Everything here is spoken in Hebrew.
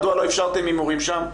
מדוע לא איפשרתם הימורים שם?